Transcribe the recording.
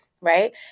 right